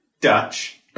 Dutch